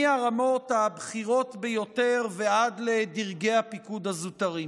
מהרמות הבכירות ביותר ועד לדרגי הפיקוד הזוטרים.